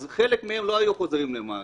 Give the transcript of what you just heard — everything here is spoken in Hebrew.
אז חלק מהם לא היו חוזרים למעגל.